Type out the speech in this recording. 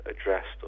addressed